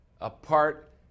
apart